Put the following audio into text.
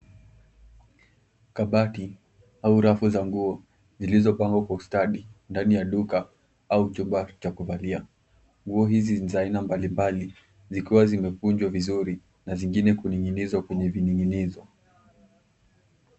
Kabati au rafu za nguo zilizopangwa kwa ustadi kwa ndani ya duka au chumba cha kuvalia. Nguo hizi ni za aina mbalimbali zikiwa zimekunjwa vizuri na zingine kuning'inizwa kwenye vining'inizo.